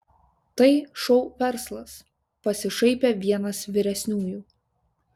tai šou verslas pasišaipė vienas vyresniųjų